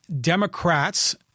Democrats